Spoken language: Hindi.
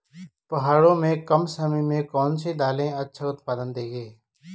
पहाड़ों में कम समय में कौन सी दालें अच्छा उत्पादन देंगी?